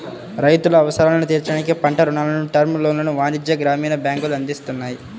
రైతుల అవసరాలను తీర్చడానికి పంట రుణాలను, టర్మ్ లోన్లను వాణిజ్య, గ్రామీణ బ్యాంకులు అందిస్తున్నాయి